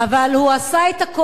אבל הוא עשה את הכול,